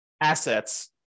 assets